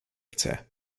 chcę